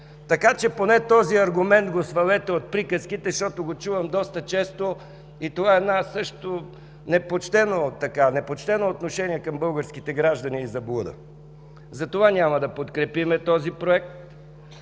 Така че поне този аргумент го свалете от приказките, защото го чувам доста често и това също е непочтено отношение към българските граждани и заблуда. Затова няма да подкрепим този проект.